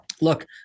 Look